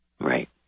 Right